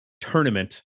tournament